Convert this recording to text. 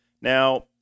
Now